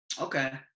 Okay